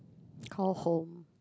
call home